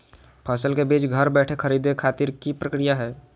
फसल के बीज घर बैठे खरीदे खातिर की प्रक्रिया हय?